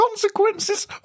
Consequences